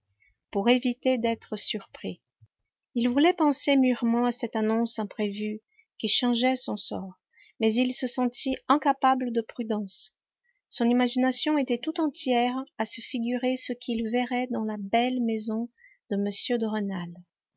pour éviter d'être surpris il voulait penser mûrement à cette annonce imprévue qui changeait son sort mais il se sentit incapable de prudence son imagination était tout entière à se figurer ce qu'il verrait dans la belle maison de m de rênal